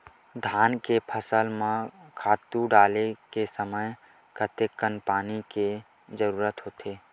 धान के फसल म खातु डाले के समय कतेकन पानी के जरूरत होथे?